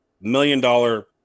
million-dollar